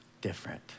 different